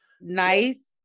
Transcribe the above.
nice